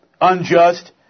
unjust